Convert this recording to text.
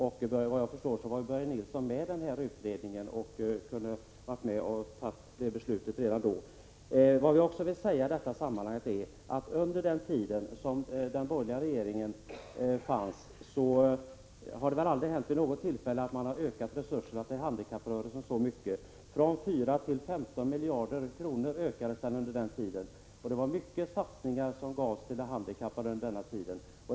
Vad jag förstår, var Börje Nilsson med i den utredningen, och man kunde ha fattat beslut redan då. Jag vill framhålla i det här sammanhanget att under den tid som vi hade en borgerlig regering ökade resurserna till de handikappade på ett sätt som det inte funnits motsvarighet till vid något annat tillfälle. Pengarna som satsades för de handikappade ökade från 4 till 15 miljarder kronor under den tiden.